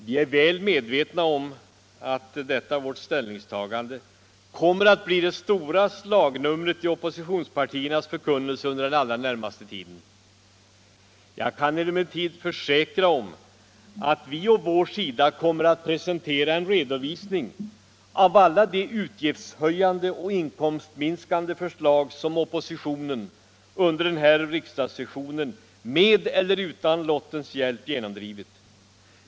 Vi är väl medvetna om att detta vårt ställningstagande kommer att bli det stora slagnumret i oppositionspartiernas förkunnelse under den allra närmaste tiden. Jag kan emellertid försäkra att vi på vår sida kommer att presentera en redovisning av alla de utgiftshöjande och inkomstminskande förslag som oppositionen under den här riksdagssessionen med eller utan lottens hjälp genomdrivit.